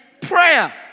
prayer